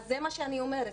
זה מה שאני אומרת,